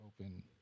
open